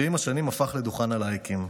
שעם השנים הפך לדוכן הלייקים,